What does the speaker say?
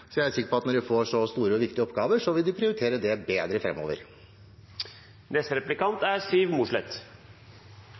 så jeg er sikker på at når de får så store og viktige oppgaver, vil de prioritere det bedre